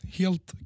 helt